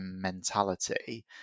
mentality